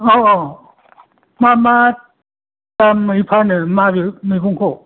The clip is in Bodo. औऔ मा मा दामै फानो माबे मैगंखौ